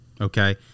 okay